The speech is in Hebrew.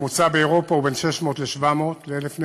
הממוצע באירופה הוא בין 600, 700 ל-1,000 נפש,